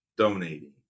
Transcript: donating